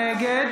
נגד